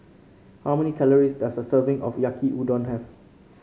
how many calories does a serving of Yaki Udon have